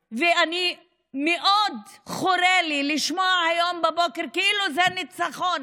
מאוד חרה לי לשמוע היום בבוקר, כאילו זה ניצחון,